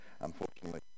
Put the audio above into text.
unfortunately